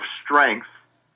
strength